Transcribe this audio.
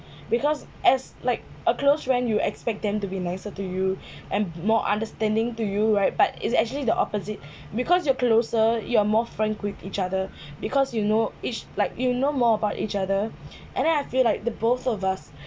because as like a close friend you expect them to be nicer to you and more understanding to you right but it's actually the opposite because you are closer you are more frank with each other because you know each like you know more about each other and then I feel like the both of us